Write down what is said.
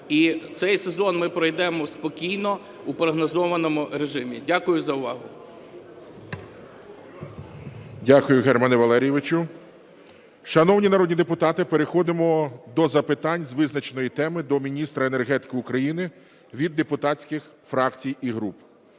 І цей сезон ми пройдемо спокійно у прогнозованому режимі. Дякую за увагу. ГОЛОВУЮЧИЙ. Дякую, Германе Валерійовичу. Шановні народні депутати, переходимо до запитань з визначеної теми до міністра енергетики України від депутатських фракцій і груп.